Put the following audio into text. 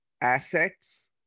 assets